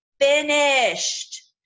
finished